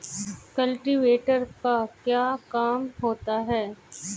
Cultivator का क्या काम होता है?